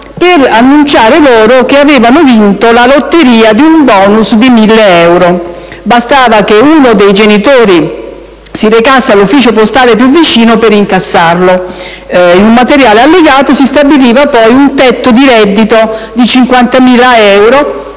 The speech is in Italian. per annunciare loro che avevano vinto la lotteria di un *bonus* di 1.000 euro. Bastava che uno dei genitori si recasse all'ufficio postale più vicino per incassarlo. In un materiale allegato si stabiliva poi un tetto di reddito di 50.000 euro